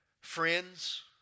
Friends